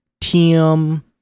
Tim